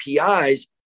APIs